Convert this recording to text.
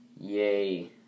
Yay